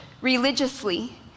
religiously